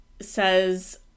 says